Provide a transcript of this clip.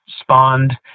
spawned